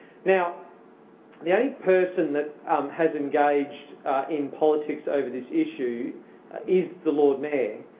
now the only person that um has engaged in politics over this issue is the lord mayor.